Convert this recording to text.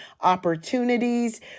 opportunities